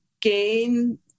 gain